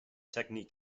technique